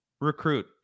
recruit